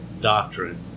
doctrine